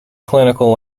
clinical